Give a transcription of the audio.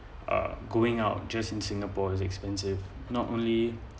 uh going out just in singapore is expensive not only